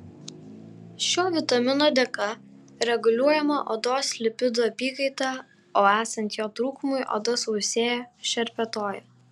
šio vitamino dėka reguliuojama odos lipidų apykaita o esant jo trūkumui oda sausėja šerpetoja